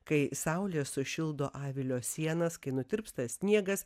kai saulė sušildo avilio sienas kai nutirpsta sniegas